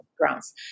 grounds